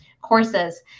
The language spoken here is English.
courses